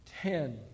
ten